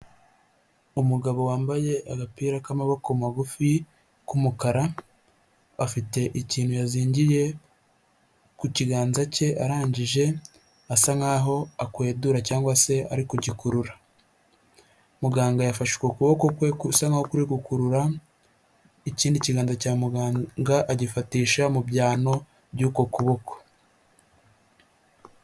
Umugabo wambaye agapira k'amaboko magufi k'umukara, afite ikintu yazingiye ku kiganza cye arangije asa nkaho akwetura cyangwa se ari kugikurura, muganga yafashe ukuboko kwe kusa nkaho kuri gukurura ikindi kiganza cya muganga, agifatisha mu byano by'uku kuboko.